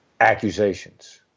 Accusations